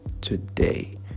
today